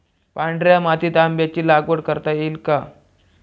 पांढऱ्या मातीत आंब्याची लागवड करता येईल का?